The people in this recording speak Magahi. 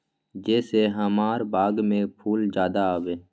जे से हमार बाग में फुल ज्यादा आवे?